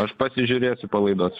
aš pasižiūrėsiu po laidos